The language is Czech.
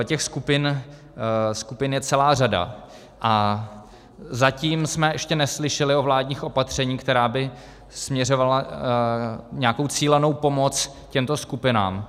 Těch skupin je celá řada a zatím jsme ještě neslyšeli o vládních opatřeních, která by směřovala nějakou cílenou pomoc těmto skupinám.